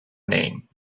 name